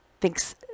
thinks